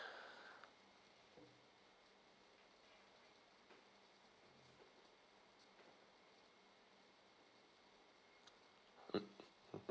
mm